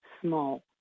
small